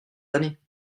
années